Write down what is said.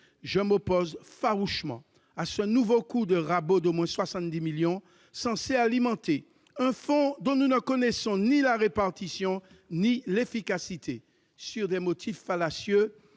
Je m'oppose farouchement à ce nouveau coup de rabot d'au moins 70 millions d'euros censé alimenter un fonds dont nous ne connaissons ni la répartition ni l'efficacité. Sur la base de motifs fallacieux,